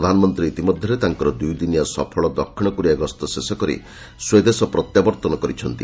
ପ୍ରଧାନମନ୍ତ୍ରୀ ଇତିମଧ୍ୟରେ ତାଙ୍କର ଦୂଇ ଦିନିଆ ସଫଳ ଦକ୍ଷିଣ କୋରିଆ ଶେଷ କରି ସ୍ୱଦେଶ ପ୍ରତ୍ୟାବର୍ତ୍ତନ କରିଛନ୍ତି